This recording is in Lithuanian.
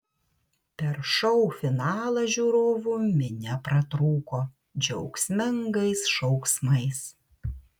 per šou finalą žiūrovų minia pratrūko džiaugsmingais šauksmais